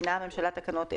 מתקינה הממשלה תקנות אלה: